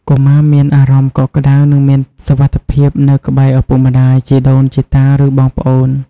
កុមារមានអារម្មណ៍កក់ក្តៅ និងមានសុវត្ថិភាពនៅក្បែរឪពុកម្តាយ ជីដូនជីតា ឬបងប្អូន។